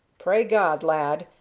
pray god, lad,